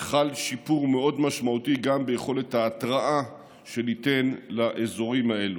חל שיפור מאוד משמעותי גם ביכולת ההתראה שניתן לאזורים האלה.